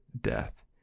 death